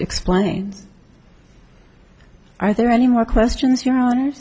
explains are there any more questions your hono